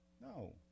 No